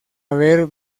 haber